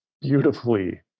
beautifully